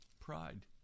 pride